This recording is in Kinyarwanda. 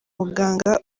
muganga